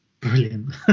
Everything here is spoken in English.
Brilliant